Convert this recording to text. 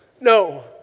no